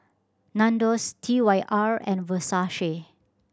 Nandos T Y R and Versace